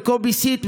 לקובי סיט,